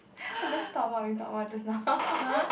I just thought what we talked about just now